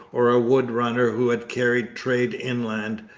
or a wood-runner who had carried trade inland.